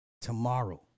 tomorrow